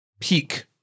peak